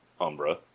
Umbra